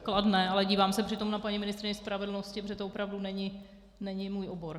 Kladné, ale dívám se přitom na paní ministryni spravedlnosti, protože to opravdu není můj obor.